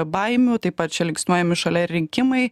baimių taip pat čia linksniuojami šalia ir rinkimai